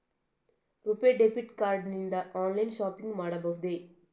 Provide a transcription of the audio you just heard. RuPay debit card ನಿಂದ online shopping ಮಾಡಬಹುದೇ?